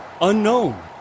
unknown